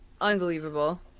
unbelievable